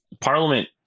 parliament